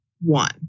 one